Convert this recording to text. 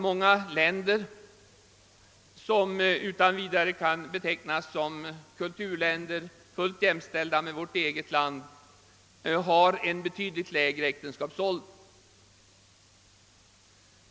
Många länder som kan betecknas som kulturländer, fullt jämställda med vårt eget land, har betydligt lägre äktenskapsålder.